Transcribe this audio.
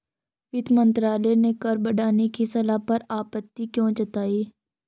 वित्त मंत्रालय ने कर बढ़ाने की सलाह पर आपत्ति क्यों जताई?